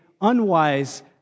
unwise